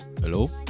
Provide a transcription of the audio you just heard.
hello